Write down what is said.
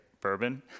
bourbon